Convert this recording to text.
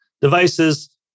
devices